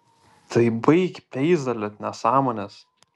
tai baik peizaliot nesąmones